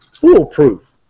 Foolproof